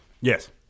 Yes